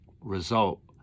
result